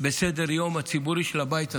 בסדר-היום הציבורי של הבית הזה,